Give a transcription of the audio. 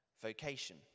vocation